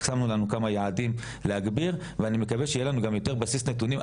הקצינו לנו כמה יעדים להגביר ואני מקווה שיהיה לנו גם יותר בסיס נתונים.